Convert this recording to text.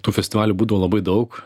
tų festivalių būdavo labai daug